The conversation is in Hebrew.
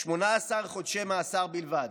18 חודשי מאסר בלבד,